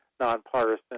nonpartisan